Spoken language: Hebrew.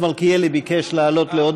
כי חבר הכנסת מלכיאלי ביקש לעלות להודות,